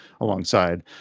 alongside